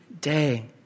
day